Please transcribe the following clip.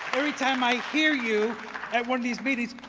every time i hear you at one of these meetings,